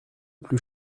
plus